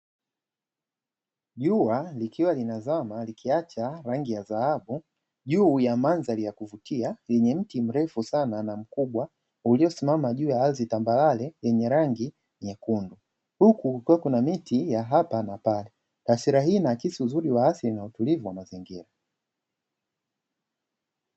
Jua likiwa linazama likiacha rangi ya dhahabu, juu ya madhari ya kuvutia yenye mti mrefu sana na mkubwa uliosimama juu ya ardhi tambarare, yenye rangi nyekundu, huku kukiwa kuna miti ya hapa na pale, taswira hii inaakisi uzuri wa afya na utulivu wa mazingira.